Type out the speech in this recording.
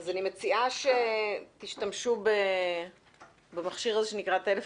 מציעה שתשתמשו במכשיר הזה שנקרא טלפון,